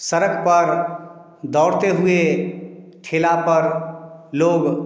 सड़क पर दौड़ते हुए ठेला पर लोग